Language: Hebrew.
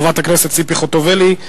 חברת הכנסת ציפי חוטובלי,